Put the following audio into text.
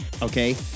Okay